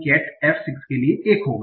cat f 6 के लिए 1 होगा